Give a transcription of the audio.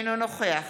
אינו נוכח